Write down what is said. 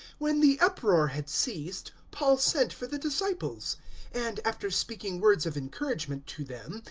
when the uproar had ceased, paul sent for the disciples and, after speaking words of encouragement to them,